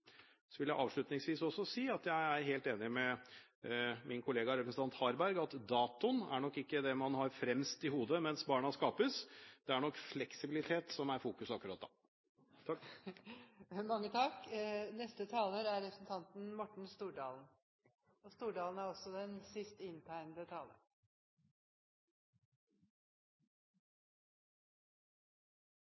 vil jeg også si at jeg er helt enig med min kollega, representanten Harberg, at datoen nok ikke er det man har fremst i hodet mens barna skapes. Det er nok fleksibilitet man fokuserer på akkurat da. Dette har vært en rørende debatt å høre på. Det har vært sagt mye interessant fra talerstolen og særs fra den